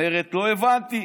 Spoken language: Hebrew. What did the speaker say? היא אומרת, לא הבנתי.